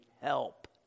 help